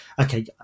Okay